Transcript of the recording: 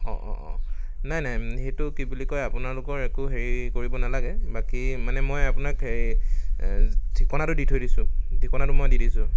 অ' অ' অ' নাই নাই সেইটো কি বুলি কয় আপোনালোকৰ একো হেৰি কৰিব নালাগে বাকী মানে মই আপোনাক ঠিকনাটো দি থৈ দিছো ঠিকনাটো মই দি দিছোঁ